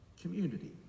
Community